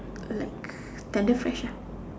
like tender fresh ah